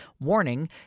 Warning